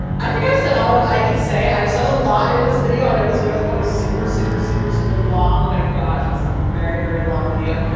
i think i said all i could say, i've said a lot in this video. i know this video is probably super, super, super, super long. oh my gosh, it's very, very long video.